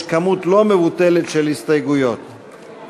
אנחנו